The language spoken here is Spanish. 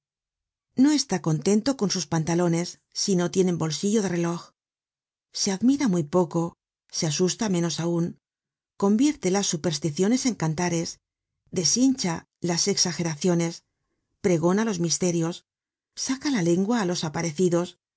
no está contento con sus pantalones si no tienen bolsillo de relój se admira muy poco se asusta menos aun convierte las supersticiones en cantares deshincha las exageraciones pregona los misterios saca la lengua á los aparecidos